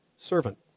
servant